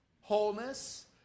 wholeness